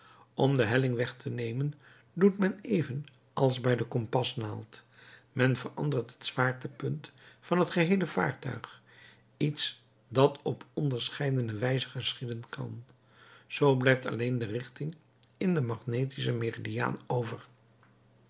om de helling weg te nemen doet men even als bij de kompasnaald men verandert het zwaartepunt van het geheele vaartuig iets dat op onderscheidene wijzen geschieden kan zoo blijft alleen de richting in den magnetischen meridiaan over